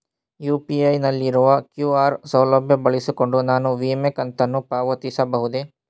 UPI ನಲ್ಲಿರುವ QR ಸೌಲಭ್ಯ ಬಳಸಿಕೊಂಡು ನಾನು ವಿಮೆ ಕಂತನ್ನು ಪಾವತಿಸಬಹುದೇ?